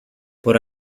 por